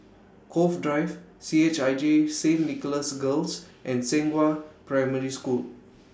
Cove Drive C H I J Saint Nicholas Girls and Zhenghua Primary School